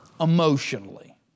emotionally